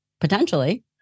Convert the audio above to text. potentially